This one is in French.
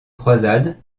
croisade